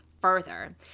further